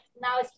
Now